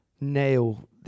nail